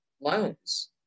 loans